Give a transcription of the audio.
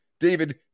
David